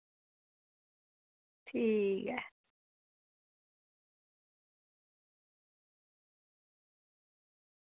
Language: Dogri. ठीक ऐ